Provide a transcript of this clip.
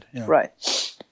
Right